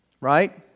Right